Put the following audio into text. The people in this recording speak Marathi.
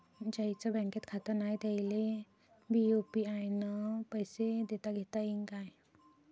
ज्याईचं बँकेत खातं नाय त्याईले बी यू.पी.आय न पैसे देताघेता येईन काय?